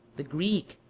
the greek,